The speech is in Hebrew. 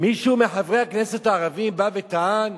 מישהו מחברי הכנסת הערבים בא וטען